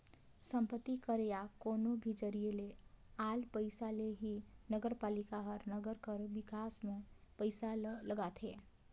संपत्ति कर या कोनो भी जरिए ले आल पइसा ले ही नगरपालिका हर नंगर कर बिकास में पइसा ल लगाथे